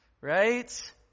Right